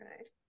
Okay